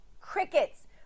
crickets